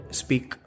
speak